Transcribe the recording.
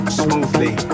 smoothly